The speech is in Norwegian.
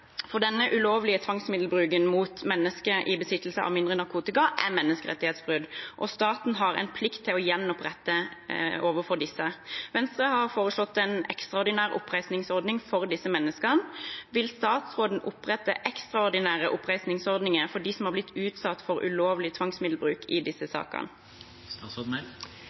Denne ulovlige tvangsmiddelbruken mot mennesker i besittelse av mindre mengder narkotika, er menneskerettighetsbrudd, og staten har en plikt til gjenoppretting overfor disse. Venstre har foreslått en ekstraordinær oppreisningsordning for disse menneskene. Vil statsråden opprette ekstraordinære oppreisningsordninger for dem som har blitt utsatt for ulovlig tvangsmiddelbruk i disse sakene?